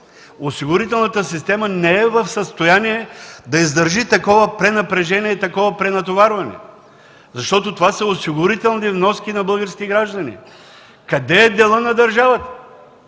Осигурителната система не е в състояние да издържи такова пренапрежение и такова пренатоварване, защото това са осигурителни вноски на българските граждани. Къде е делът на държавата?